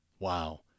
Wow